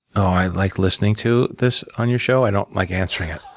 i like listening to this on your show. i don't like answering it.